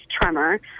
tremor